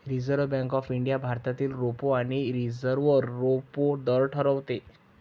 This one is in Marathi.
रिझर्व्ह बँक ऑफ इंडिया भारतातील रेपो आणि रिव्हर्स रेपो दर ठरवते